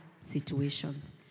situations